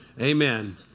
Amen